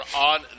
on